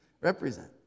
Represent